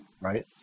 right